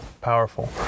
powerful